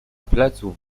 pleców